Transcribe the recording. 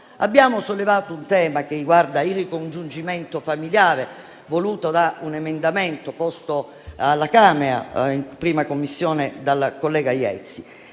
Abbiamo sollevato un tema che riguarda il ricongiungimento familiare, voluto da un emendamento proposto alla Camera, in 1a Commissione, dal collega Iezzi.